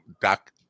doc